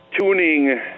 Tuning